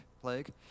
plague